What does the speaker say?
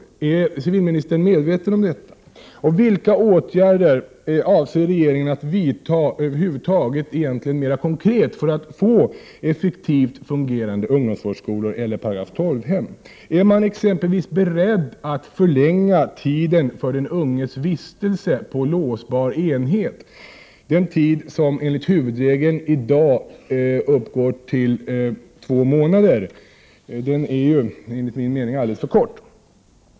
Är civilministern 79 medveten om detta? Vilka åtgärder avser regeringen att vidta mer konkret för att få effektivt fungerande ungdomsvårdsskolor eller § 12-hem? Är man exempelvis beredd att förlänga tiden för den unges vistelse på låsbar enhet, den tid som enligt huvudregeln i dag får uppgå till högst två månader? Det är enligt min mening alldeles för kort tid.